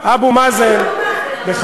יש